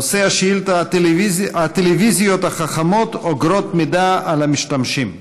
נושא השאילתה: הטלוויזיות החכמות אוגרות מידע על המשתמשים.